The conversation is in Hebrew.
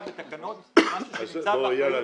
בתקנות משהו שנמצא באחריות משרד הבריאות.